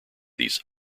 these